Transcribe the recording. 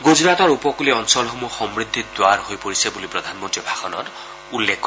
গুজৰাটৰ উপকলীয় অঞ্চলসমূহ সমূদ্ধিৰ দ্বাৰ হৈ পৰিছে বুলি প্ৰধানমন্ত্ৰীয়ে ভাষণত উল্লেখ কৰে